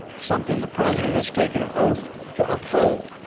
something the president has taken an oath to uphold.